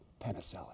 Penicillin